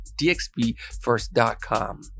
dxpfirst.com